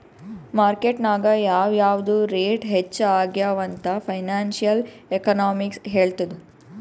market ನಾಗ್ ಯಾವ್ ಯಾವ್ದು ರೇಟ್ ಹೆಚ್ಚ ಆಗ್ಯವ ಅಂತ್ ಫೈನಾನ್ಸಿಯಲ್ ಎಕನಾಮಿಕ್ಸ್ ಹೆಳ್ತುದ್